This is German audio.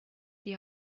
die